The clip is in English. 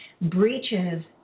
breaches